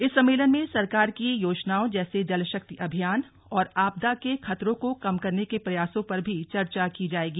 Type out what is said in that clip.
इस सम्मेलन में सरकार की योजनाओं जैसे जलशक्ति अभियान और आपदा के खतरों को कम करने के प्रयासों पर भी चर्चा की जायेगी